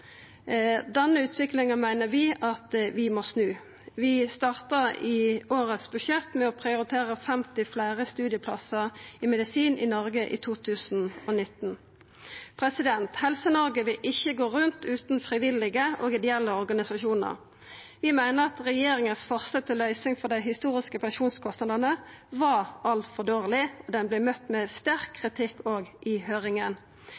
Denne utviklinga meiner vi at vi må snu. Vi startar med i årets budsjett å prioritera 50 fleire studieplassar i medisin i Noreg i 2019. Helse-Noreg vil ikkje gå rundt utan frivillige og ideelle organisasjonar. Vi meiner at forslaget frå regjeringa til løysing for dei historiske pensjonskostnadene var altfor dårleg, og det vart møtt med sterk kritikk òg i høyringa.